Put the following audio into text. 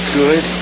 good